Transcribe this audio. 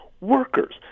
workers